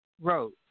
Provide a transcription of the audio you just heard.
wrote